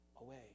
away